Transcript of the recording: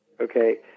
okay